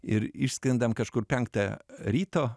ir išskrendam kažkur penktą ryto